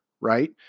right